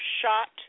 shot